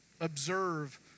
observe